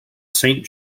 saint